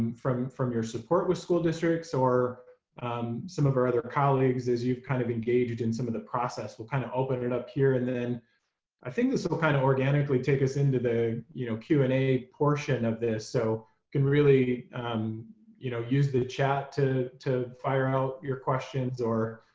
from from your support with school districts or some of our other colleagues is you've kind of engaged in some of the process. will kind of open it up here and then i think this will kind of organically take us into the you know q and a portion of this, so can really you know use the chat to to fire out your questions. or